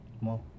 More